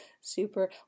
super